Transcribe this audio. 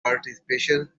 participation